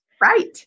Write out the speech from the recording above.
Right